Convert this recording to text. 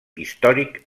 històric